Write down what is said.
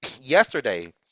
yesterday